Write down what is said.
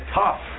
tough